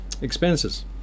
Expenses